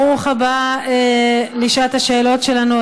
ברוך הבא לשעת השאלות שלנו,